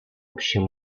общее